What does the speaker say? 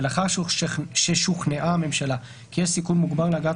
ולאחר ששוכנעה הממשלה כי יש סיכון מוגבר להגעת